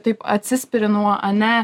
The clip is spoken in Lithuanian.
taip atsispiri nuo ane